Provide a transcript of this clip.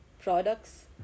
products